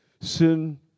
sin